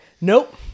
nope